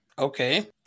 Okay